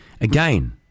Again